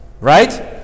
Right